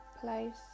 place